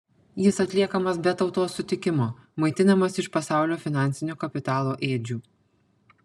jis atliekamas be tautos sutikimo maitinamas iš pasaulio finansinio kapitalo ėdžių